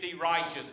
righteous